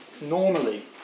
normally